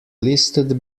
listed